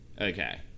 Okay